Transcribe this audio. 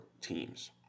teams